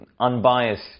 unbiased